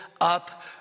up